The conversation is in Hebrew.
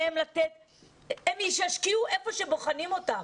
הם ישקיעו היכן שבוחנים אותם.